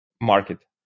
market